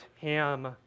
Ham